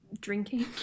drinking